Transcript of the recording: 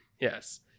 Yes